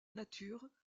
nature